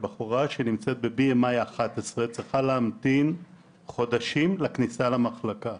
שבחורה שנמצאת ב-BMI 11 צריכה להמתין חודשים לכניסה למחלקה.